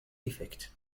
effect